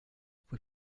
votre